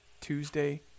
Tuesday